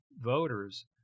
voters